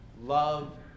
love